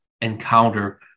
encounter